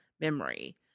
memory